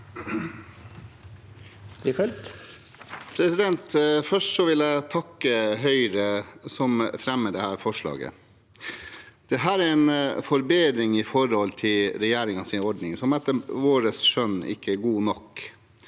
Først vil jeg takke Høyre som fremmer dette forslaget. Dette er en forbedring i forhold til regjeringens ordning, som etter vårt skjønn ikke er god nok.